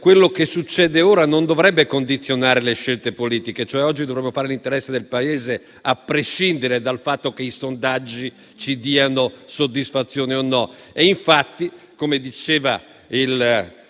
Quello che succede ora non dovrebbe condizionare le scelte politiche. Oggi dovremmo fare l'interesse del Paese, a prescindere dal fatto che i sondaggi ci diano soddisfazione o no.